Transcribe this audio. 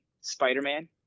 Spider-Man